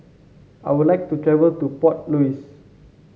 I would like to travel to Port Louis